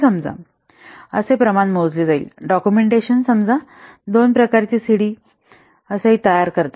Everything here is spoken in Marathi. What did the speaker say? समजा प्रमाण मोजले जाईल डॉक्युमेंटेशन समजा दोन प्रकारची सीडी एक तयार करते